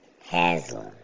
Haslam